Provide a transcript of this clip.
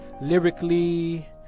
lyrically